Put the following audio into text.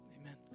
Amen